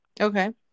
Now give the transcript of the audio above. Okay